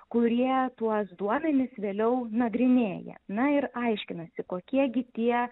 kurie tuos duomenis vėliau nagrinėja na ir aiškinasi kokie gi tie